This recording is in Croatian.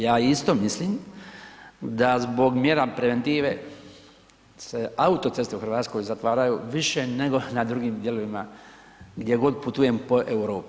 Ja isto mislim da zbog mjera preventive se autoceste u Hrvatskoj zatvaraju više nego na drugim dijelovima gdje god putujem po Europi.